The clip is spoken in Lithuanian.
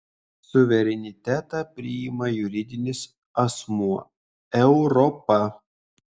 suverenitetą priima juridinis asmuo europa